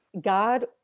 God